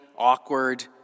awkward